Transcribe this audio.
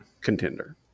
contender